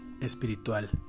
Espiritual